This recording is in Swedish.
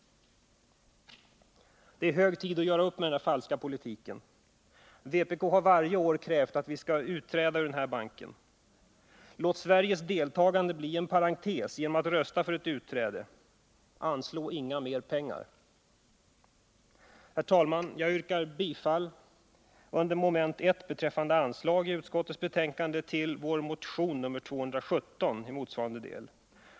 Det är hög tid att göra upp med denna falska politik. Vpk har varje år krävt att Sverige skall utträda ur banken. Låt Sveriges deltagande bli en parentes genom att rösta för ett utträde! Anslå inga mer pengar! Herr talman! Jag yrkar beträffande mom. 1 bifall till vår motion nr 217 i motsvarande del.